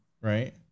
right